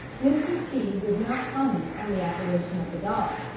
mr. stead does not comment on the apparition of the dog,